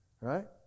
Right